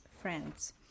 friends